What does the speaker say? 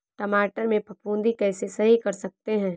टमाटर से फफूंदी कैसे सही कर सकते हैं?